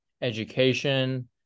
education